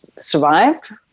survived